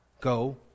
Go